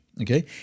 Okay